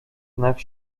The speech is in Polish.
znak